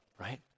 right